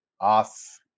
off